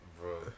Bro